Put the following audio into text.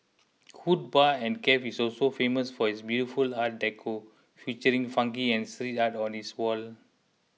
Hood Bar and Cafe is also famous for its beautiful art decor featuring funky and street art on its walls